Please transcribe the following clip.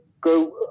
go